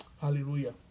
hallelujah